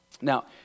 Now